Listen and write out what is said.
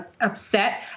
upset